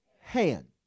Hand